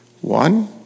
One